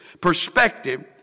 perspective